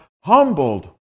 humbled